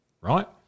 Right